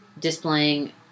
displaying